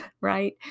right